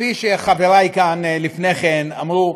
כפי שחברי כאן לפני כן אמרו,